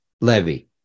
levy